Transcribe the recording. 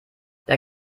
der